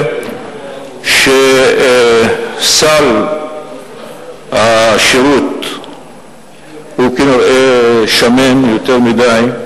נראה שסל השירות כנראה שמן יותר מדי,